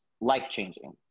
life-changing